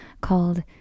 called